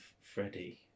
freddie